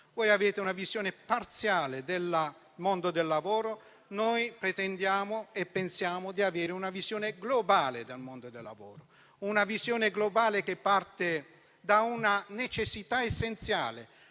Voi avete una visione parziale del mondo del lavoro, noi pretendiamo e pensiamo di avere una visione globale del mondo del lavoro, che parte da una necessità essenziale: